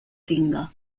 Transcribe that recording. tinga